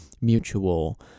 mutual